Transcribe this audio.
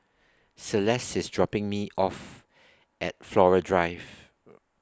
Celeste IS dropping Me off At Flora Drive